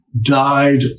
died